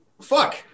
fuck